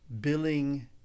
billing